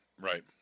right